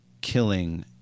killing